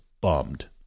bummed